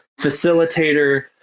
facilitator